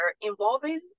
involving